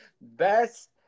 best